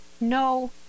no